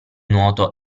nuoto